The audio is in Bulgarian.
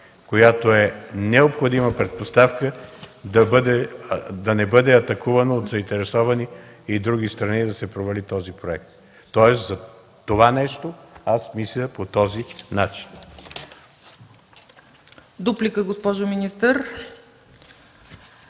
необходима предпоставка да не бъде атакувано от заинтересовани страни – да се провали този проект. За това нещо аз мисля по този начин.